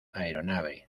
aeronave